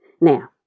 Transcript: Now